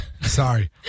sorry